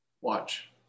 Watch